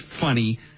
funny